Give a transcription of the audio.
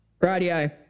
Radio